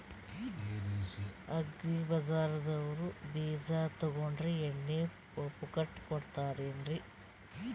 Agri ಬಜಾರದವ್ರು ಬೀಜ ತೊಗೊಂಡ್ರ ಎಣ್ಣಿ ಪುಕ್ಕಟ ಕೋಡತಾರೆನ್ರಿ?